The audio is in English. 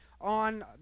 on